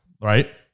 right